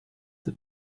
the